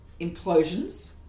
implosions